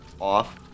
off